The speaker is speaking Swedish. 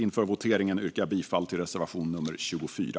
Inför voteringen yrkar jag bifall till reservation nr 24.